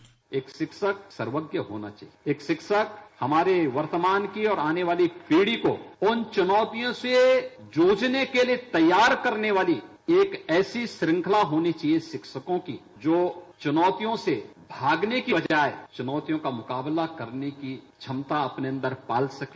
bite एक शिक्षक को सर्वज्ञ होना चाहिये एक शिक्षक हमारे वर्तमान की और आने वाली पीढ़ी को उन चुनौतियों से जूझने के लिये तैयार करने वाली एक ऐसी श्रृंखला होनी चाहिये शिक्षकों की जो चुनौतियों से भागने की बजाए चुनौतियों का मुकाबला करने की क्षमता अपने अन्दर पाल सके